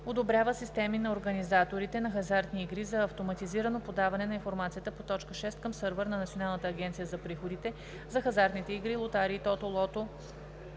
одобрява системи на организаторите на хазартни игри за автоматизирано подаване на информацията по т. 6 към сървър на Националната агенция за приходите за хазартните игри – лотарии, тото, лото,